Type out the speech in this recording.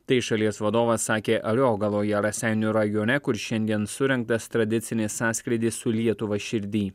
tai šalies vadovas sakė ariogaloje raseinių rajone kur šiandien surengtas tradicinis sąskrydis su lietuva širdy